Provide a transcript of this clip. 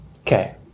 okay